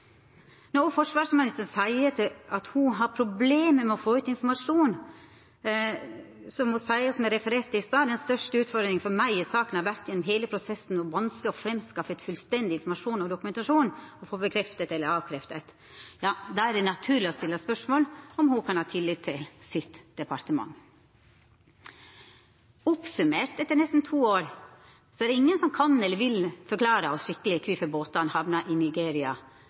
Når også forsvarsministeren seier at ho har problem med å få ut informasjon, som eg refererte i stad frå høyringa, er det naturleg å stilla spørsmål om ho kan ha tillit til departementet sitt. Ho seier altså der: «Den største utfordringen for meg i saken har vært at det gjennom hele prosessen har vært vanskelig å få framskaffet fullstendig informasjon og dokumentasjon og å få bekreftet eller avkreftet dokumentasjon og informasjon.» Oppsummert, etter nesten to år, er det ingen som kan eller vil forklara oss skikkeleg kvifor båtane hamna i Nigeria